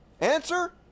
Answer